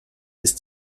ist